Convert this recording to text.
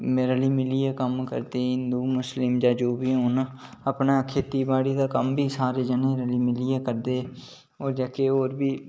रली मिलियै कम्म करदे हिंदु मुस्लिम जो बी होन तां अपना खेतीबाड़ी दा कम्म बी सारे जनें मिलियै करदे ओह् जेह्के होर बी